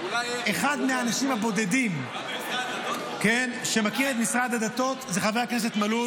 אחד מהאנשים הבודדים שמכיר את משרד הדתות הוא חבר הכנסת מלול.